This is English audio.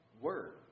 Word